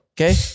Okay